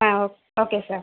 ஆ ஓ okay sir